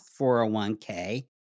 401k